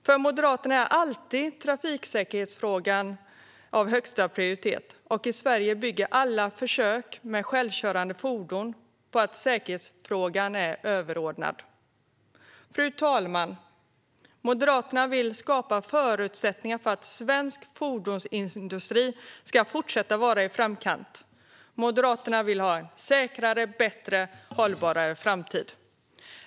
För Moderaterna är alltid trafiksäkerhetsfrågan av högsta prioritet, och i Sverige bygger alla försök med självkörande fordon på att säkerhetsfrågan är överordnad. Fru talman! Moderaterna vill skapa förutsättningar för att svensk fordonsindustri ska fortsätta vara i framkant. Moderaterna vill ha en säkrare, bättre och hållbarare framtid!